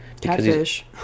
catfish